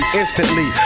instantly